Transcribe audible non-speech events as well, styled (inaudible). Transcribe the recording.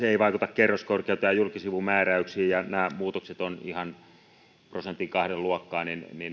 (unintelligible) ei vaikuta kerroskorkeuteen ja julkisivumääräyksiin ja nämä muutokset ovat ihan prosentin kahden luokkaa niin